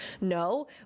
No